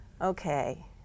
Okay